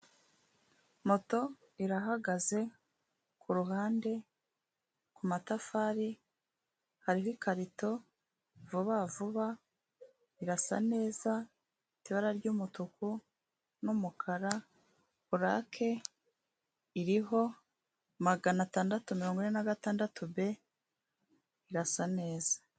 Moto irahagaze ku ruhande, ku matafari hariho ikarito, vuba vuba irasa neza ibara ry'umutuku n'umukara, purake iriho magana atandatu mirongo ine na gatandatu b irasa neza.